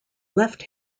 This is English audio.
left